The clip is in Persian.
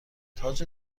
تاج